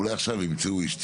אולי עכשיו ימצאו איש ציבור.